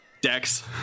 Dex